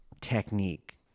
technique